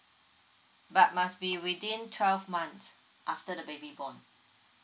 but must be within twelve months after the baby born